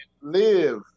live